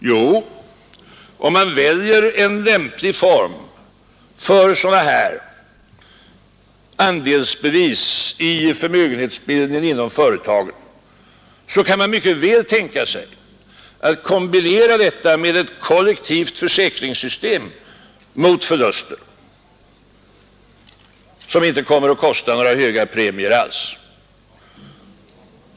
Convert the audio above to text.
Jo, om man väljer en lämplig form för andelsbevis i förmögenhetsbildning inom företagen, kan man mycket väl tänka sig att kombinera dem med ett kollektivt försäkringssystem mot förluster, vilket inte kommer att kosta några höga premier.